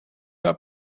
mehr